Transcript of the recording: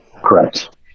Correct